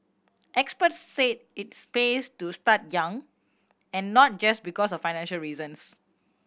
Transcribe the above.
experts said its pays to start young and not just because of financial reasons